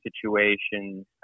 situations